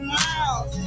mouth